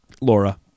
Laura